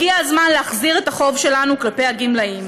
הגיע הזמן להחזיר את החוב שלנו כלפי הגמלאים.